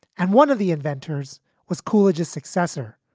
and one of the inventors was coolidge's successor,